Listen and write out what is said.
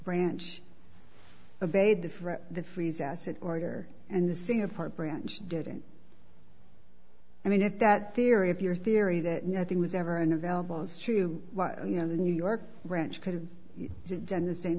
asset order and the singapore branch didn't i mean if that theory if your theory that nothing was ever an available is true you know the new york branch could have done the same